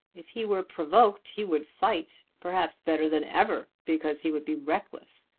if he were provoked he would fight perhaps better than ever, because he would be reckless.